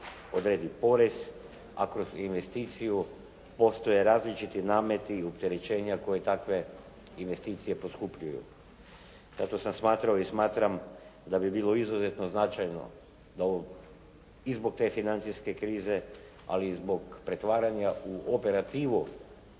odredi porez, a kroz investiciju postoje različiti nameti, opterećenja koji takve investicije poskupljuju. Zato sam smatrao i smatram da bi bilo izuzetno značajno da i zbog te financijske krize, ali i zbog pretvaranja u operativu